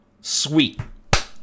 sweet